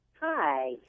Hi